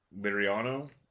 Liriano